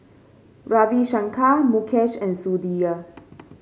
Ravi Shankar Mukesh and Sudhir